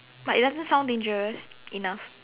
but it doesn't sound dangerous enough